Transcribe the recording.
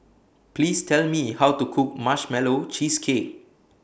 Please Tell Me How to Cook Marshmallow Cheesecake